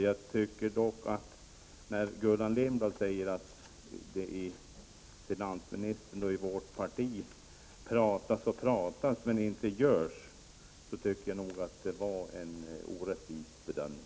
Gullan Lindblad hänvisar till finansministerns uttalanden och säger att det bara pratas i vårt parti och att ingenting görs. Men det tycker jag nog är en orättvis bedömning.